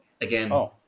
again